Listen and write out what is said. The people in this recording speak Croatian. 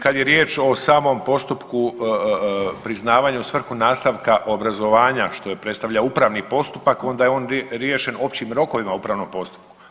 Kad je riječ o samom postupku priznavanja u svrhu nastavka obrazovanja, što predstavlja upravni postupak, onda je on riješen općim rokovima u upravnom postupku.